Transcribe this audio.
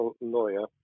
lawyer